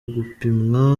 gupimwa